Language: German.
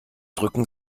drücken